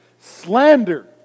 slander